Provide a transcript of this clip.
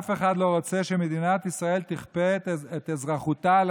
אף אחד לא רוצה שמדינת ישראל תכפה את אזרחותה על